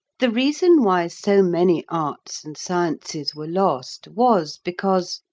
the reason why so many arts and sciences were lost was because,